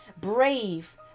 brave